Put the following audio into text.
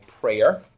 prayer